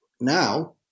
Now